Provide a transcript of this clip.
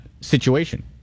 situation